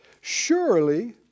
Surely